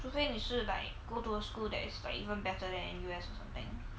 除非你是 like go to a school that is like even better than N_U_S or something